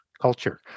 culture